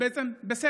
הוא בעצם בסגר.